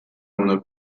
اونا